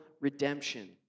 redemption